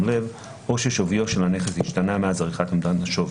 לב או ששוויו של הנכס השתנה מאז עריכת אומדן השווי.